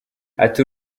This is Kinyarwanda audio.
ati